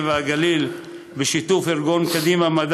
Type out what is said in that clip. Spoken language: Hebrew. הנגב והגליל,